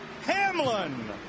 Hamlin